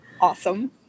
Awesome